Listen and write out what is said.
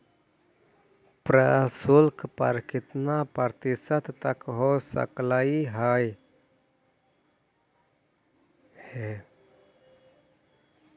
प्रशुल्क कर कितना प्रतिशत तक हो सकलई हे?